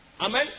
Amen